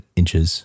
inches